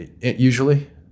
usually